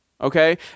okay